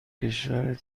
کشور